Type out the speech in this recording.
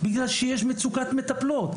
בגלל שיש מצוקת מטפלות.